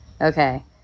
Okay